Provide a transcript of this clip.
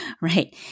Right